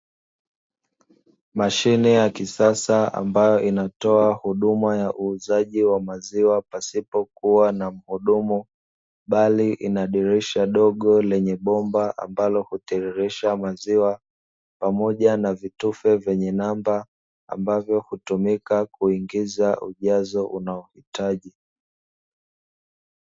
Mashine ya kisasa ambayo inatoa huduma ya uuzaji wa maziwa pasipokuwa na muhudumu, bali inadirisha dogo lenye bomba ambalo hutiririsha maziwa, pamoja na vitufe vyenye namba ambavyo hutumika kuingiza ujazo unaohitaji.